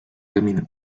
camino